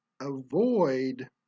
avoid